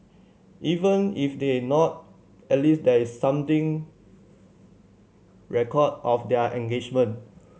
even if they're not at least there is something record of their engagement